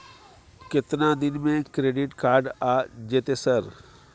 केतना दिन में क्रेडिट कार्ड आ जेतै सर?